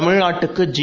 தமிழ்நாட்டுக்குஜி